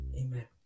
Amen